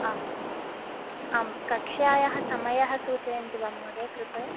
आम् आम् कक्ष्यायाः समयः सूचयन्ति वा महोदय कृपया